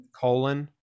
colon